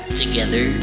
together